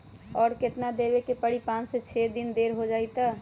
और केतना देब के परी पाँच से छे दिन देर हो जाई त?